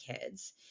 kids